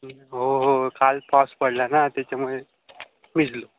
हो हो काल पाऊस पडला ना त्याच्यामुळे भिजलो